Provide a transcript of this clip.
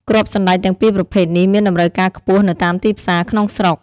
គ្រាប់សណ្ដែកទាំងពីរប្រភេទនេះមានតម្រូវការខ្ពស់នៅតាមទីផ្សារក្នុងស្រុក។